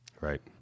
right